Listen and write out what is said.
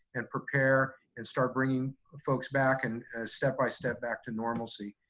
and prepare and start bringing folks back and step by step back to normalcy.